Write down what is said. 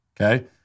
Okay